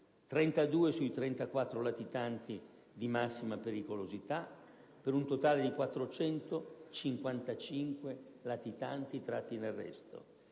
32 sui 34 latitanti di massima pericolosità, per un totale di 455 latitanti tratti in arresto;